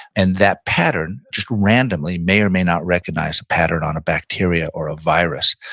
and that pattern just randomly may or may not recognize a pattern on a bacteria or a virus.